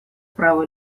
право